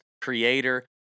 creator